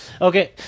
Okay